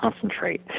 concentrate